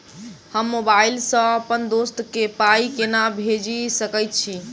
हम मोबाइल सअ अप्पन दोस्त केँ पाई केना भेजि सकैत छी?